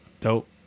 dope